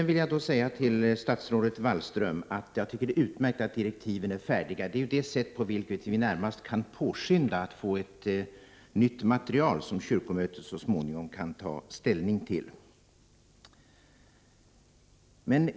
Till statsrådet Wallström vill jag säga att jag tycker att det är utmärkt att direktiven är färdiga. Det är på det sättet vi närmast kan påskynda att få ett nytt material som kyrkomötet så småningom kan ta ställning till.